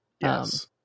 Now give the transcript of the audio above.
Yes